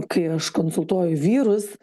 kai aš konsultuoju vyrus